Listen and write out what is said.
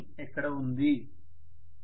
విద్యార్థి compensating winding ఎక్కడ ఉంది